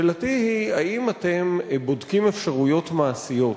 שאלתי היא, האם אתם בודקים אפשרויות מעשיות